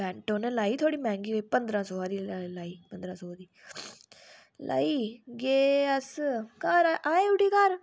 pant उ'नै लाई थोह्ड़ी मैंह्गी पंदरां सौ दी लाई पंदरां सौ दी लाई गे अस घर आए उठी घर